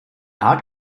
art